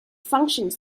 functions